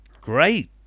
great